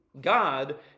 God